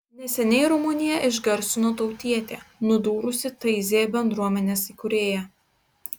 neseniai rumuniją išgarsino tautietė nudūrusi taizė bendruomenės įkūrėją